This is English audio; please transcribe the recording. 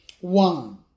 one